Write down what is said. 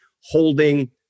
holding